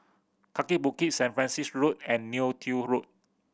Kaki Bukit Saint Francis Road and Neo Tiew Road